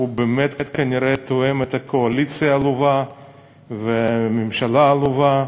הוא באמת כנראה תואם את הקואליציה העלובה והממשלה העלובה,